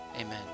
Amen